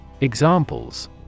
Examples